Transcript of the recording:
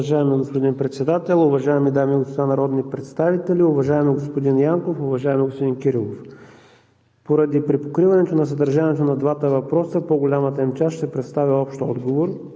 Уважаеми господин Председател, уважаеми дами и господа народни представители! Уважаеми господин Янков, уважаеми господин Кирилов, поради припокриването на съдържанието на двата въпроса в по-голямата им част ще представя общ отговор.